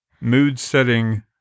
mood-setting